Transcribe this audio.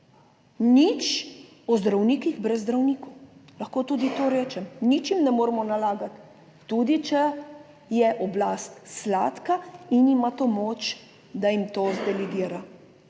Nič o zdravnikih brez zdravnikov, lahko tudi to rečem. Nič jim ne moremo nalagati, tudi če je oblast sladka in ima to moč, da jim to delegira.